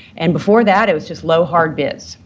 and before that, it was just low, hard bids,